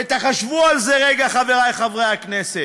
ותחשבו על זה רגע, חברי חברי הכנסת: